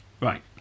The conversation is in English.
Right